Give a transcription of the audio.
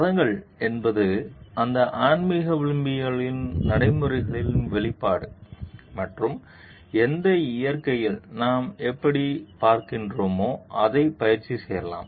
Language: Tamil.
மதங்கள் என்பது அந்த ஆன்மீக விழுமியங்களின் நடைமுறைகள் வெளிப்பாடு மற்றும் எந்த இயற்கையில் நாம் எப்படிப் பார்க்கிறோமோ அதைப் பயிற்சி செய்யலாம்